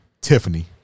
Tiffany